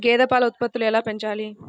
గేదె పాల ఉత్పత్తులు ఎలా పెంచాలి?